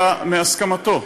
אלא בהסכמתו.